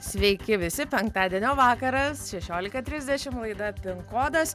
sveiki visi penktadienio vakaras šešiolika trisdešim laida pin kodas